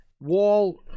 wall